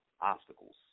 obstacles